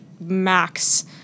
max